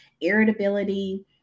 irritability